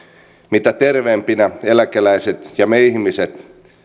mitä terveempinä eläkeläiset ja me ihmiset